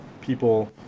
people